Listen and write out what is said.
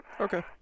Okay